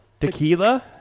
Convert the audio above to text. Tequila